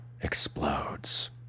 explodes